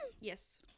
Yes